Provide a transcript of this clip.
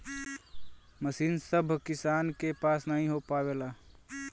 मसीन सभ किसान के पास नही हो पावेला